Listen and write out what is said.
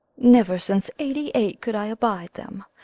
never since eighty-eight could i abide them,